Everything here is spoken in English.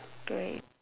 grey